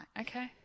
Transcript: Okay